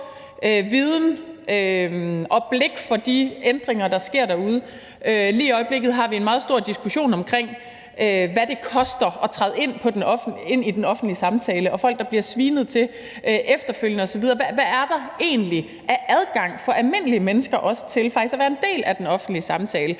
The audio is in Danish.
viden om og blik for de ændringer, der sker derude. Lige i øjeblikket har vi en meget stor diskussion omkring, hvad det koster at træde ind i den offentlige samtale, og om folk, der bliver svinet til efterfølgende osv. – hvad er der egentlig af adgang også for almindelige mennesker til faktisk at være en del af den offentlige samtale,